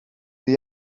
iddi